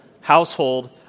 household